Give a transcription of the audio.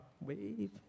Wave